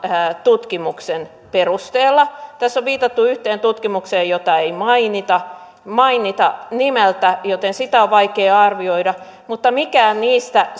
tutkimuksen perusteella tässä on viitattu yhteen tutkimukseen jota ei mainita mainita nimeltä joten sitä on vaikea arvioida mutta mikään niistä